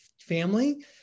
family